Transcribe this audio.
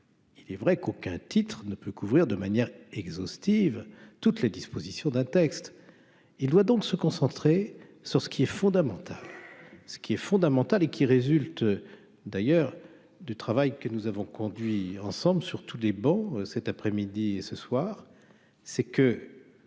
il est vrai qu'aucun titre ne peut couvrir de manière exhaustive toutes les dispositions d'un texte, il doit donc se concentrer sur ce qui est fondamental, ce qui est fondamental et qui résulte d'ailleurs du travail que nous avons conduit ensemble sur tous les bancs, cet après-midi et ce soir c'est que.